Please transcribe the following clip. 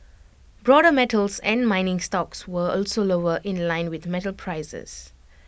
broader metals and mining stocks were also lower in line with metal prices